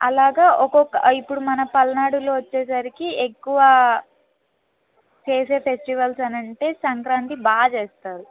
అలాగ ఒక్కొక్క ఇప్పుడు మన పల్నాడులో వచ్చేసరికి ఎక్కువ చేసే ఫెస్టివల్స్ అని అంటే సంక్రాంతి బాగా చేస్తారు